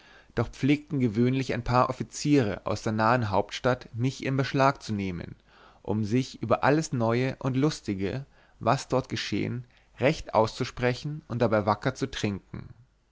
doch pflegten gewöhnlich ein paar offiziere aus der nahen hauptstadt mich in beschlag zu nehmen um sich über alles neue und lustige was dort geschehen recht auszusprechen und dabei wacker zu trinken